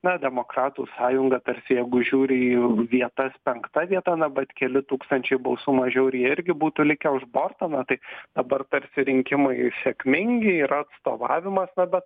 na demokratų sąjunga tarsi jeigu žiūri į vietas penkta vieta na vat keli tūkstančiai balsų mažiau ir jie irgi būtų likę už borto na tai dabar tarsi rinkimai sėkmingi yra atstovavimas na bet